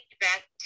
back